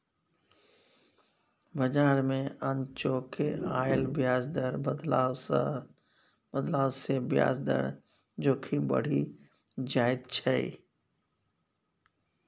बजार मे अनचोके आयल ब्याज दर बदलाव सँ ब्याज दर जोखिम बढ़ि जाइत छै